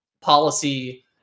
policy